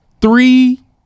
Three